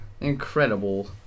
Incredible